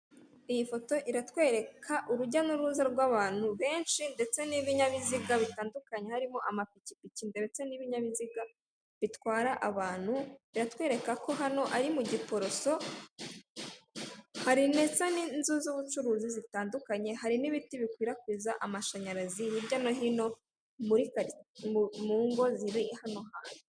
Iyi foto iratwereka urujya n'uruza rw'abantu benshi, ndetse n'ibinyabiziga bitandukanye harimo, amapikipiki ndetse n'ibinyabiziga bitwara abantu, biratwereka ko hano ari mu Giporoso, hari n'inzu z'ubucuruzi zitandukanye, hari n'ibiti bikwirakwiza amashanyarazi hirya no hino mu ngo ziri hano hantu.